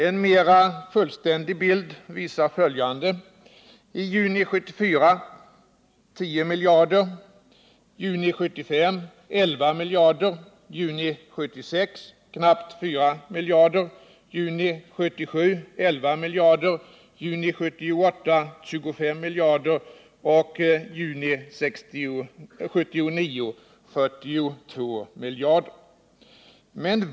En mera fullständig bild visar följande: I juni 1974 var underskottet 10 miljarder, i juni 1975 var det 11 miljarder, i juni 1976 var det knappt 4 miljarder, i juni 1977 var det 11 miljarder, i juni 1978 var det 25 miljarder och i juni 1979 blir det kanske 42 miljarder.